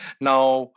now